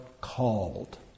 called